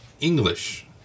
English